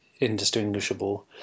indistinguishable